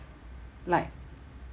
like